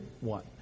one